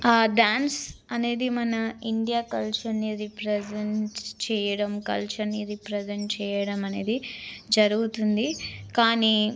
dance అనేది మన Indian కల్చర్ని రిప్రెజెంట్ చెయ్యడం కల్చర్ని రిప్రెజెంట్ చేయడం అనేది జరుగుతుంది కానీ